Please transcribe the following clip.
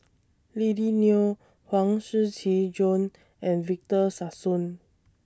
Lily Neo Huang Shiqi Joan and Victor Sassoon